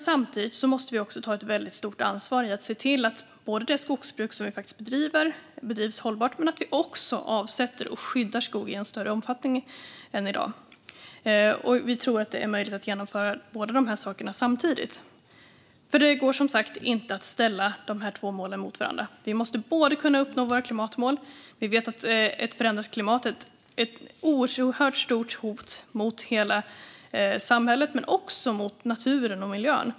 Samtidigt måste vi ta ett väldigt stort ansvar för att se till att det skogsbruk som vi bedriver bedrivs hållbart men också att vi avsätter och skyddar skog i en större omfattning än i dag. Vi tror att det är möjligt att genomföra båda de sakerna samtidigt. Det går som sagt inte att ställa de två målen mot varandra. Vi måste kunna uppnå våra klimatmål. Vi vet att ett förändrat klimat är ett oerhört stort hot mot hela samhället men också mot naturen och miljön.